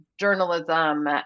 journalism